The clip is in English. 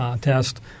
test